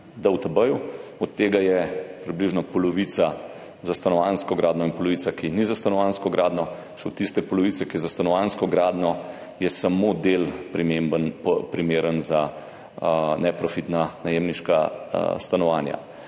na DUTB, od tega je približno polovica za stanovanjsko gradnjo in polovica, ki ni za stanovanjsko gradnjo. Še od tiste polovice, ki je za stanovanjsko gradnjo, je samo del primeren za neprofitna najemniška stanovanja.